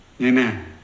Amen